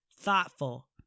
thoughtful